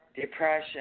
Depression